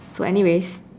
so anyways